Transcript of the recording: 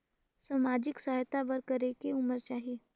समाजिक सहायता बर करेके उमर चाही?